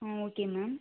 ம் okay ma'am